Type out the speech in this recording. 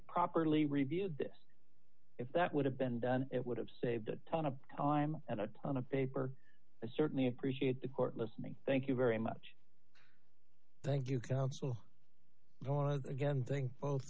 properly reviewed this if that would have been done it would have saved a ton of time and a ton of paper i certainly appreciate the court listening thank you very much thank you counsel once again thing folks